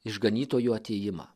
išganytojo atėjimą